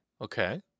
Okay